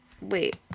Wait